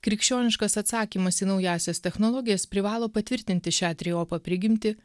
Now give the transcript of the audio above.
krikščioniškas atsakymas į naująsias technologijas privalo patvirtinti šią trejopą prigimtį